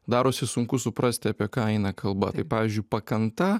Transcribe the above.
darosi sunku suprasti apie ką eina kalba pavyzdžiui pakanta